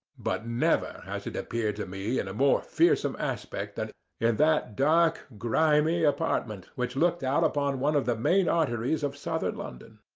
but never has it appeared to me in a more fearsome aspect than in that dark grimy apartment, which looked out upon one of the main arteries of suburban london.